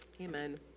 amen